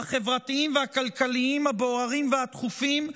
החברתיים והכלכליים הבוערים והדחופים,